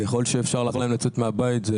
ככל שאפשר לעזור להם לצאת מהבית זה